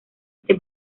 este